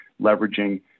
leveraging